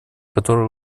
которое